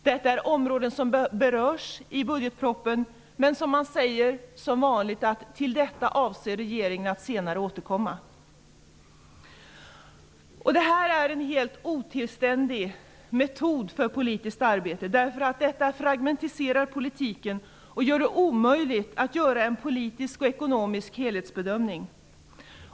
Detta är områden som berörs i budgetpropositionen, men där man som vanligt säger att regeringen avser att återkomma till detta senare. Det är en otillständig metod för politiskt arbete. Det fragmentiserar politiken och gör det omöjligt att göra en politisk och ekonomisk helhetsbedömning.